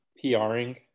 PRing